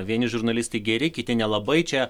vieni žurnalistai geri kiti nelabai čia